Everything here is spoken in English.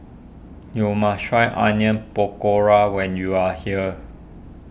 you must try Onion Pakora when you are here